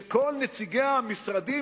ואומרים,